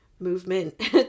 movement